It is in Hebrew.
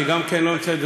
שגם היא לא נמצאת,